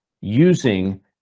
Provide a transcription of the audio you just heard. using